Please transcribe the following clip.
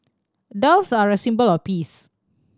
doves are a symbol of peace